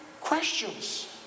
Questions